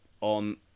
on